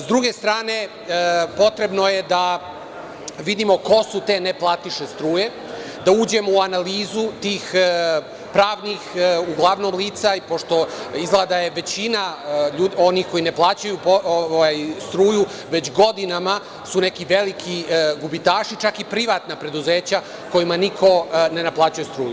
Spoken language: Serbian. S druge strane, potrebno je da vidimo ko su te neplatiše struje, da uđemo u analizu tih uglavnom pravnih lica, pošto izgleda da je većina onih koji ne plaćaju struju već godinama neki veliki gubitaši, čak i privatna preduzeća, kojima niko ne naplaćuje struju.